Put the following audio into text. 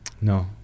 No